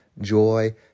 joy